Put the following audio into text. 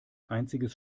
einziges